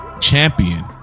Champion